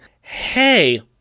hey